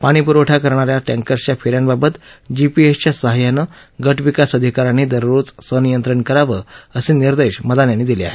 पाणीपुरवठा करणाऱ्या टँकर्सच्या फेऱ्यांबाबत जीपीएसच्या सहाय्यानं गटविकास अधिकाऱ्यांनी दररोज संनियंत्रण करावं असे निर्देश मदान यांनी दिले आहेत